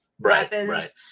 weapons